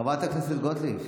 חברת הכנסת גוטליב,